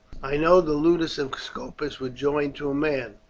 i know the ludus of scopus would join to a man.